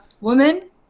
woman